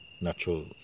natural